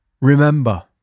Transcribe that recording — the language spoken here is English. Remember